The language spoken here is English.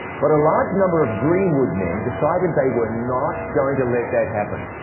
but a large number of greenwood men decided they were not going to let that happen.